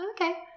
okay